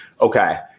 Okay